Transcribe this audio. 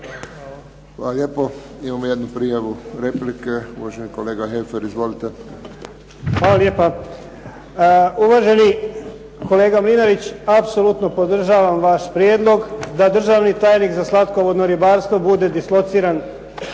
Hvala lijepo. Imamo jednu prijavu replike. Uvaženi kolega Heffer. Izvolite. **Heffer, Goran (SDP)** Hvala lijepa. Uvaženi kolega Mlinarić, apsolutno podržavam vaš prijedlog da državni tajnik za slatkovodno ribarstvo bude dislociran